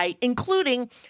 including